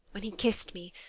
when he kissed me,